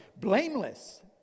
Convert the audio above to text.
blameless